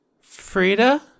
Frida